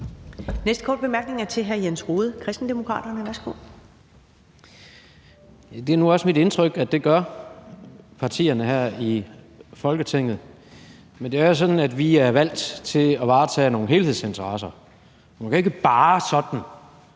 næste korte bemærkning er til hr. Jens Rohde, Kristendemokraterne. Værsgo. Kl. 19:19 Jens Rohde (KD): Det er nu også mit indtryk, at partierne her i Folketinget gør det, men det er jo sådan, at vi er valgt til at varetage nogle helhedsinteresser – vi kan ikke bare sådan